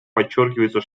подчеркивается